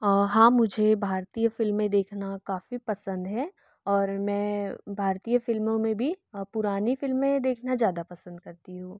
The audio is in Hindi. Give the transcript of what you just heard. हाँ मुझे भारतीय फ़िल्में देखना काफ़ी पसंद है और मैं भारतीये फ़िल्मों मे भी पुरानी फ़िल्में देखना ज़्यादा पसंद करती हूँ